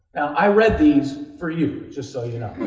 i read these for you, just so you know.